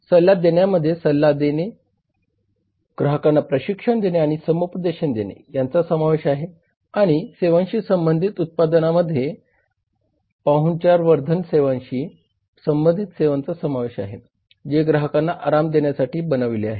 सल्ला देण्यामध्ये सल्ला देणे ग्राहकांना प्रशिक्षण देणे आणि समुपदेशन देणे यांचा समावेश आहे आणि सेवांशी संबंधित उत्पदनामध्ये पाहुणचार वर्धन सेवांशी संबंधित सेवांचा समावेश आहे जे ग्राहकांना आराम देण्यासाठी बनविले आहेत